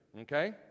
okay